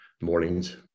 Mornings